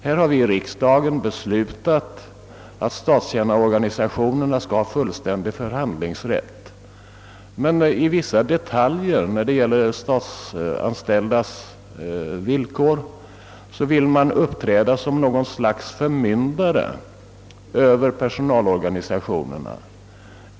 Här har vi i riksdagen beslutat att statstjänarorganisationerna skall ha fullständig förhandlingsrätt, men när det gäller vissa detaljer i de statsanställdas villkor vill man uppträda som något slags förmyndare över personalorganisationerna.